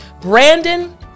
Brandon